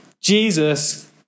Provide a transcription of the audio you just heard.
Jesus